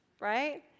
right